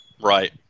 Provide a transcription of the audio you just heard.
Right